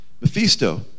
Mephisto